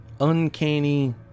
uncanny